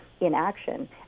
inaction